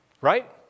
Right